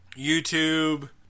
youtube